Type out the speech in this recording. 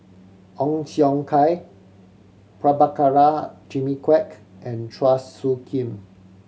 Ong Siong Kai Prabhakara Jimmy Quek and Chua Soo Khim